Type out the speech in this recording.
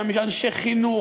אנשי חינוך,